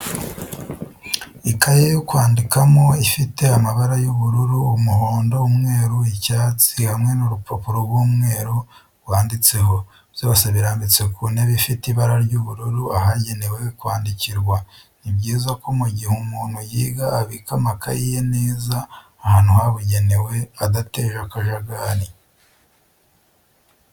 Ikaye yo kwandikano ifite amabara y'ubururu, umuhondo, umweru icyatsi iri hamwe n'urupapuro rw'umweru rwanditseho, byose birambitse ku ntebe ifite ibara ry'ubururu ahagenewe kwandikirwa. ni byiza ko mu gihe umuntu yiga abika amakayi ye neza ahantu habugenewe adateje akajagari.